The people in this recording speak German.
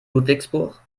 ludwigsburg